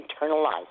internalized